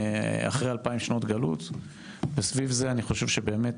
אחרי אלפיים שנות גלות וסביב זה, אני חושב שבאמת